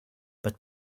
but